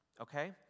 Okay